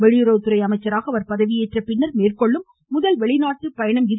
வெளியுறவுத்துறை அமைச்சராக அவர் பதவியேற்ற பின்னர் மேற்கொள்ளும் முதல் வெளிநாட்டுப் பயணம் இது